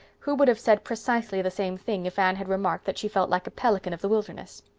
who would have said precisely the same thing if anne had remarked that she felt like a pelican of the wilderness.